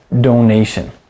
donation